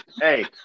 Hey